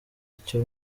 icyo